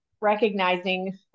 recognizing